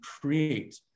create